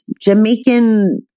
Jamaican